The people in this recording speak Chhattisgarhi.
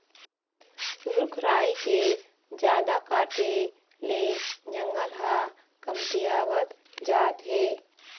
रूख राई के जादा काटे ले जंगल ह कमतियावत जात हे